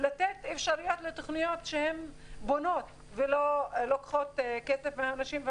לתת אפשרות לתוכניות שהן בונות ולא לוקחות כסף מאנשים,